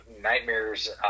nightmares